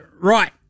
Right